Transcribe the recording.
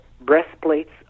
breastplates